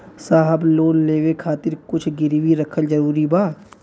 साहब लोन लेवे खातिर कुछ गिरवी रखल जरूरी बा?